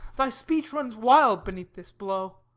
thy speech runs wild beneath this blow.